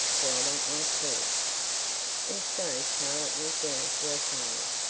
for i want my tea and so charlotte went down to her father.